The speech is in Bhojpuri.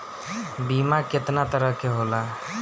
बीमा केतना तरह के होला?